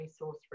resource